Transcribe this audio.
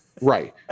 Right